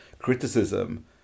criticism